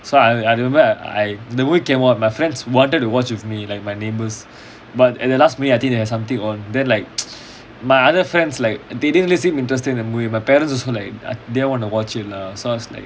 so I I remember I the weekend one of my friends wanted to watch with me like my neighbours but at the last me I think they have something on then like my other friends like they didn't really seem interested in the movie my parents also like didn't want to watch it lah so like